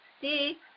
see